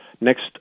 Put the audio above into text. Next